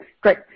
great